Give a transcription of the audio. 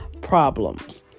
problems